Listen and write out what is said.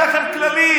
אין לכם כללים,